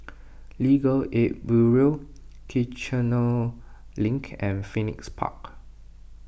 Legal Aid Bureau Kiichener Link and Phoenix Park